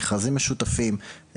מכרזים משותפים,